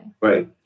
Right